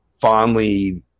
fondly